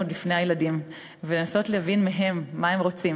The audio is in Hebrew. עוד לפני הילדים ולנסות להבין מה הם רוצים.